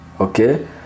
Okay